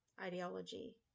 ideology